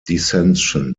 dissension